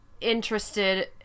interested